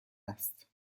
است